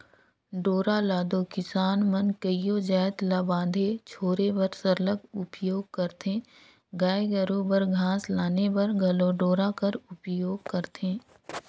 डोरा ल दो किसान मन कइयो जाएत ल बांधे छोरे बर सरलग उपियोग करथे गाय गरू बर घास लाने बर घलो डोरा कर उपियोग करथे